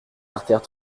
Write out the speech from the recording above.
artères